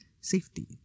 safety